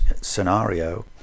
scenario